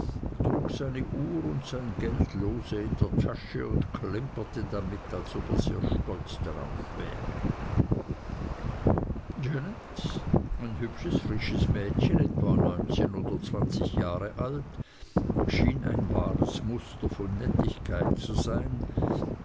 uhr und sein geld lose in der tasche und klimperte damit als ob er sehr stolz darauf wäre janet ein hübsches frisches mädchen etwa neunzehn oder zwanzig jahre alt schien ein wahres muster von nettigkeit zu sein